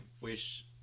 wish